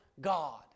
God